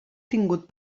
tingut